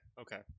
okay